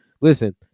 Listen